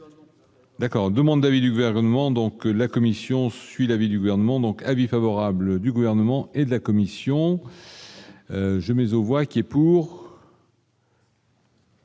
D'accord, demande d'avis du gouvernement, donc la Commission suit l'avis du gouvernement, donc avis favorable du gouvernement et de la Commission. J'ai mis aux voix qui est pour.